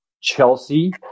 Chelsea